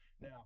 Now